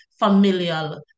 familial